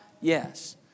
Yes